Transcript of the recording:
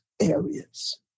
areas